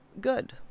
good